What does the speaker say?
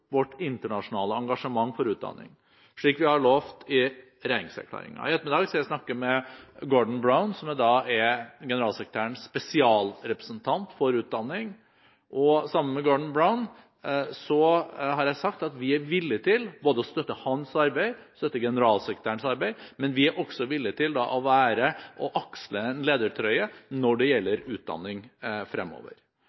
internasjonale engasjement for utdanning, slik vi har lovet i regjeringserklæringen. I ettermiddag skal jeg snakke med Gordon Brown, som er generalsekretærens spesialrepresentant for utdanning. Til Gordon Brown har jeg sagt at vi er villig til å støtte både hans og generalsekretærens arbeid, men vi er også villig til å aksle en ledertrøye når det